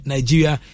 Nigeria